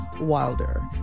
Wilder